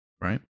right